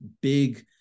big